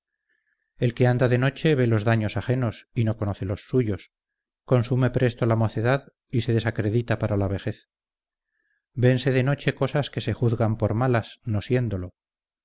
el que anda de noche ve los daños ajenos y no conoce los suyos consume presto la mocedad y se desacredita para la vejez vense de noche cosas que se juzgan por malas no siéndolo